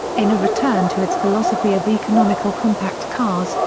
in a return to its philosophy of economical compact cars,